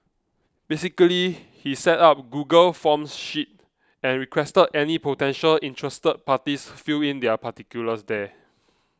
basically he set up a Google Forms sheet and requested any potentially interested parties fill in their particulars there